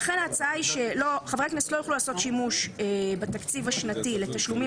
לכן ההצעה היא שחברי הכנסת לא יוכלו לעשות שימוש בתקציב השנתי לתשלומים